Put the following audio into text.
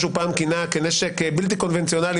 שהוא פעם כינה כנשק בלתי קונבנציונאלי,